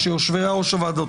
או שיושבי-ראש הוועדות.